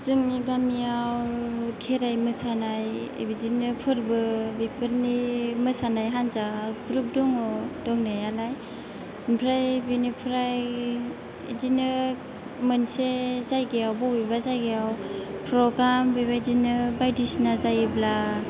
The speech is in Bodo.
जोंनि गामियाव खेराय मोसानाय बिदिनो फोरबो बेफोरनि मोसानाय हान्जा ग्रुप दङ दंनायालाय आमफ्राय बेनिफ्राय बिदिनो मोनसे जायगायाव बबेबा जायगायाव प्रग्राम बेबायदिनो बायदिसिना जायोब्ला